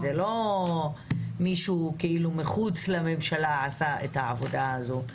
לא שמישהו מחוץ לממשלה עשה את העבודה הזאת.